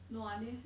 no idea